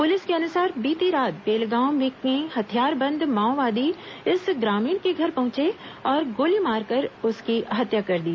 police के अनुसार बीती रात बेलगांव में हथियार बंद माओवादी इस ग्रामीण के घर पहुंचे और गोली मारकर उसकी हत्या कर दी